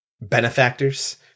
Benefactors